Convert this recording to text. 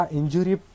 injury